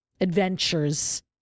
adventures